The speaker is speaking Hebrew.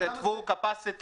כתבו capacity.